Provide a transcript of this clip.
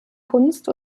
kunst